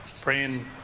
praying